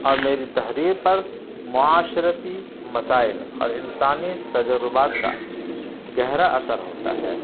اور میری تحریر پر معاشرتی مسائل اور انسانی تجربات کا گہرا اثر ہوتا ہے